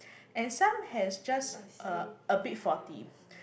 and some has just a a bit faulty